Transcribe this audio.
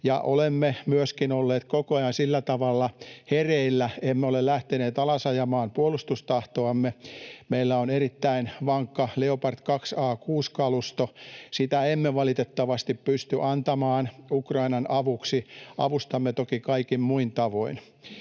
olemme myöskin olleet koko ajan sillä tavalla hereillä, emme ole lähteneet alasajamaan puolustustahtoamme. Meillä on erittäin vankka Leopard 2A6 ‑kalusto. Sitä emme valitettavasti pysty antamaan Ukrainan avuksi. Avustamme toki kaikin muin tavoin.